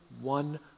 one